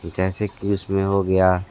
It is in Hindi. जैसे कि उस में हो गया